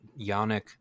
yannick